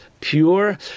pure